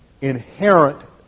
inherent